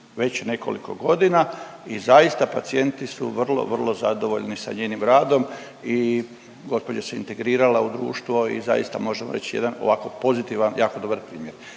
već nekoliko godina i zaista pacijenti su vrlo, vrlo zadovoljni sa njenim radom i gospođa se integrirala u društvo i zaista možemo reć jedan ovako pozitivan jako dobar primjer.